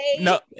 no